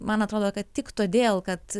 man atrodo kad tik todėl kad